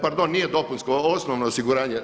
Pardon, nije dopunsko, osnovno osiguranje.